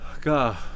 god